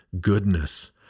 goodness